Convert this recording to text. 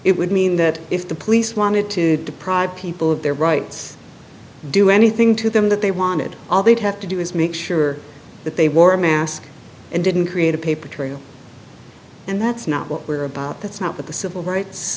it would mean that if the police wanted to deprive people of their rights do anything to them that they wanted all they'd have to do is make sure that they wore a mask and didn't create a paper trail and that's not what we're about that's not what the civil rights